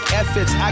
efforts